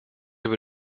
über